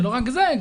ולא רק זה,